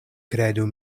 kredu